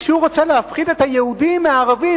כשהוא רוצה להפחיד את היהודים מהערבים,